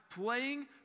playing